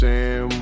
Sam